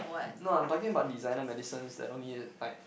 no I'm talking about designer medicines that only like